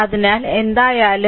അതിനാൽ എന്തായാലും